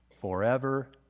forever